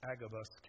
Agabus